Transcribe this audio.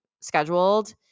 scheduled